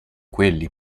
quelli